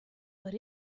but